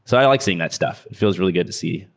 so i like seeing that stuff. it feels really good to see.